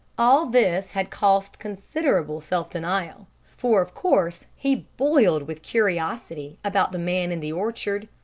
all this had cost considerable self-denial for of course he boiled with curiosity about the man in the orchard.